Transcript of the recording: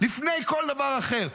לפני כל דבר אחר?